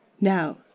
Now